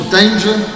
danger